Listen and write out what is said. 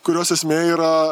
kurios esmė yra